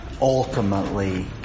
ultimately